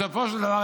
בסופו של דבר,